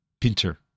Pinter